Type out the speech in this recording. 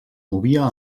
movia